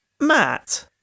Matt